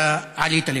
אתה עלית לכאן,